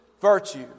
virtue